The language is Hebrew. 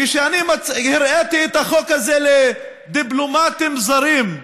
כשאני הראיתי את החוק הזה לדיפלומטים זרים,